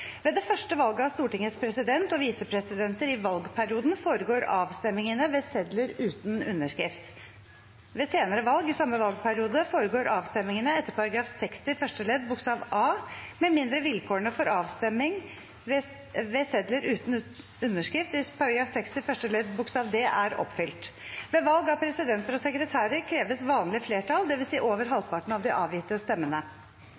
det første valget av Stortingets president og visepresidenter i valgperioden foregår avstemningene ved sedler uten underskrift. Ved senere valg i samme valgperiode foregår avstemningene etter § 60 første ledd bokstav a, med mindre vilkårene for avstemning ved sedler uten underskrift i § 60 første ledd bokstav d er oppfylt. Ved valg av presidenter og sekretærer kreves vanlig flertall, dvs. over halvparten av de avgitte stemmene.